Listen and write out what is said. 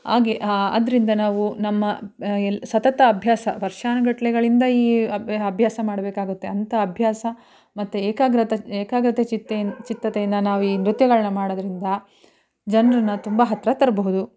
ಆಗೆ ಹಾ ಅದರಿಂದ ನಾವು ನಮ್ಮ ಎಲ್ಲಿ ಸತತ ಅಭ್ಯಾಸ ವರ್ಷಾನುಗಟ್ಟಲೆಗಳಿಂದ ಈ ಅಬ್ಬೆ ಅಭ್ಯಾಸ ಮಾಡಬೇಕಾಗುತ್ತೆ ಅಂತ ಅಭ್ಯಾಸ ಮತ್ತೆ ಏಕಾಗ್ರತೆ ಏಕಾಗ್ರತೆ ಚಿತ್ತೆಯಿನ್ ಚಿತ್ತದಿಂದ ನಾವು ಈ ನೃತ್ಯಗಳನ್ನು ಮಾಡೋದರಿಂದ ಜನರನ್ನ ತುಂಬ ಹತ್ತಿರ ತರಬಹುದು